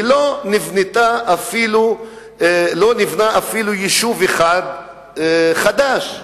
ולא נבנה אפילו יישוב אחד חדש,